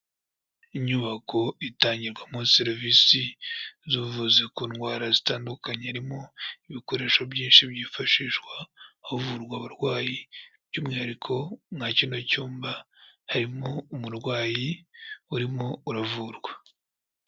Inyubako itangirwamo serivisi z'ubuvuzi ku ndwara zitandukanye, harimo ibikoresho byinshi byifashishwa havurwa abarwayi by'umwihariko mwa kino cyumba harimo umurwayi urimo uravurwa.